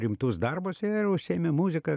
rimtus darbus ir užsiėmėm muzika